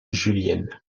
julienne